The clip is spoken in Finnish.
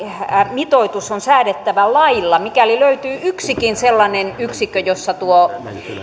mitoitus on säädettävä lailla mikäli löytyy yksikin sellainen yksikkö jossa tuo